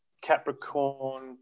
Capricorn